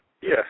Yes